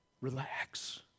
relax